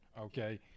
Okay